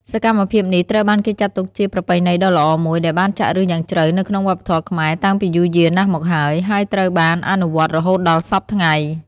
សកម្មភាពនេះត្រូវបានគេចាត់ទុកជាប្រពៃណីដ៏ល្អមួយដែលបានចាក់ឫសយ៉ាងជ្រៅនៅក្នុងវប្បធម៌ខ្មែរតាំងពីយូរយារណាស់មកហើយ ហើយត្រូវបានអនុវត្តរហូតដល់សព្វថ្ងៃ។